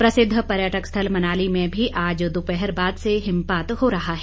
प्रसिद्ध पर्यटक स्थल मनाली में भी आज दोपहर बाद से हिमपात हो रहा है